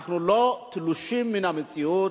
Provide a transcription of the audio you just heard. אנחנו לא תלושים מן המציאות.